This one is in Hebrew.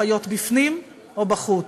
החיות בפנים או בחוץ?